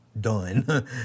done